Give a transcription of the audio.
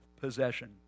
possession